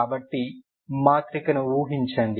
కాబట్టి మాత్రికను ఊహించండి